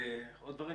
עוד דברים?